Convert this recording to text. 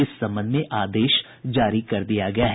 इस संबंध में आदेश जारी कर दिया गया है